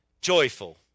joyful